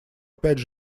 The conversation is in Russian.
опять